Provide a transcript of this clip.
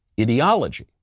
ideology